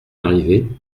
arrivé